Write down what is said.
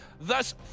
thus